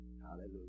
Hallelujah